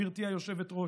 גברתי היושבת-ראש.